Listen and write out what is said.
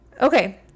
Okay